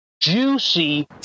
Juicy